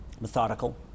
methodical